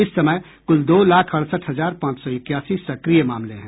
इस समय कुल दो लाख अड़सठ हजार पांच सौ इक्यासी सक्रिय मामले हैं